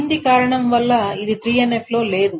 క్రింది కారణం వల్ల ఇది 3NF లో లేదు